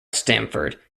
stanford